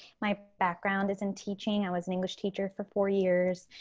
my background is in teaching. i was an english teacher for four years,